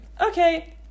Okay